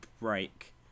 break